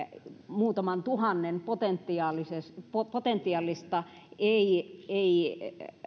muutaman tuhannen potentiaalista ei ei